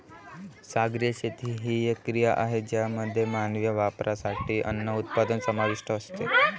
सागरी शेती ही एक क्रिया आहे ज्यामध्ये मानवी वापरासाठी अन्न उत्पादन समाविष्ट असते